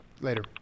Later